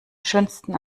schönsten